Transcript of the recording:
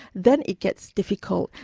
then it gets difficult.